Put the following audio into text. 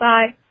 Bye